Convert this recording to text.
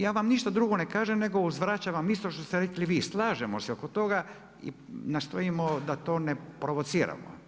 Ja vam ništa drugo ne kažem nego uzvraćam isto što ste rekli vi, slažemo se oko toga i nastojimo da to ne provociramo.